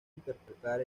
interpretar